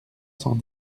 cent